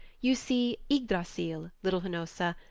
you see ygdrassil, little hnossa,